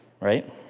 right